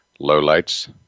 lowlights